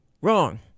wrong